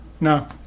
No